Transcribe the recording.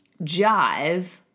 jive